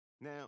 Now